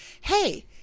hey